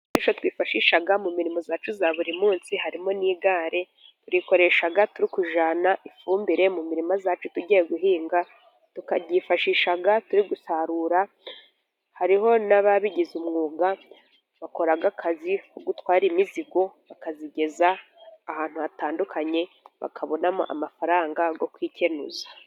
Igikoresho twifashisha mu mirimo yacu ya buri munsi, harimo n'igare, turikoresha turikujyana ifumbire mu mirima yacu tugiye guhinga, tukaryifashisha turi gusarura. Hariho n'ababigize umwuga, bakora akazi ko gutwara imizigo bakayigeza ahantu hatandukanye, bakabonamo amafaranga yo kwikenuza.